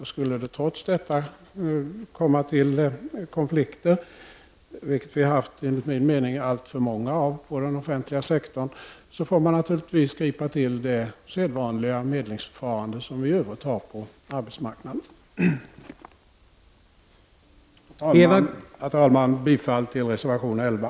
Om det trots detta skulle bli konflikter — enligt min mening har vi haft alltför många sådana inom den offentliga sektorn — får man naturligtvis gripa till det sedvanliga medlingsförfarande som finns på den övriga arbetsmarknaden. Herr talman! Jag yrkar bifall till reservation 11.